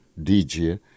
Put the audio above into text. DJ